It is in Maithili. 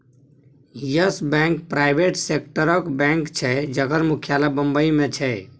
यस बैंक प्राइबेट सेक्टरक बैंक छै जकर मुख्यालय बंबई मे छै